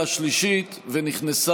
בעד, 53, נגד,